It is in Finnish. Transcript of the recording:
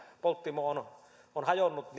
polttimon ollessa hajonnut